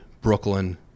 Brooklyn